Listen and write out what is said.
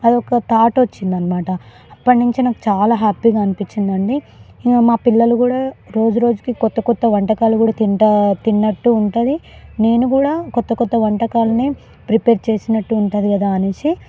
అది ఒక థాట్ వచ్చిందన్నమాట అప్పటి నుంచి నాకు చాలా హ్యాపీగా అనిపించిందండి ఇక మా పిల్లలు కూడా రోజు రోజుకి క్రొత్త క్రొత్త వంటకాలు కూడా తింటాను తిన్నట్టు ఉంటుంది నేను కూడా క్రొత్త క్రొత్త వంటకాలని ప్రిపేర్ చేసినట్టు ఉంటుంది కదా అనేసి